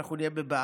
אנחנו נהיה בבעיה.